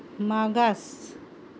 मागास